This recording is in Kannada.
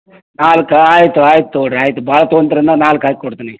ನಾಲ್ಕಾ ಆಯಿತು ಆಯ್ತು ತಗೊಳ್ಳಿರಿ ಆಯಿತು ಭಾಳ ತೋಂತೀರಂದು ನಾಲ್ಕು ಹಾಕ್ಕೊಡ್ತೀನಿ